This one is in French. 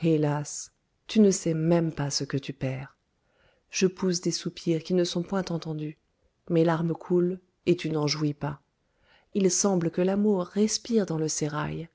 hélas tu ne sais même pas ce que tu perds je pousse des soupirs qui ne sont point entendus mes larmes coulent et tu n'en jouis pas il semble que l'amour respire dans le sérail